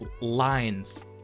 lines